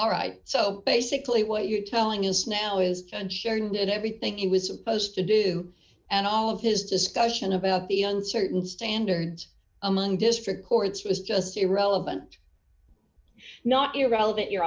all right so basically what you're telling us now is can share in it everything it was supposed to do and all of his discussion about the un certain standards among district courts was just irrelevant not irrelevant your